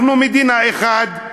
אנחנו מדינה אחת,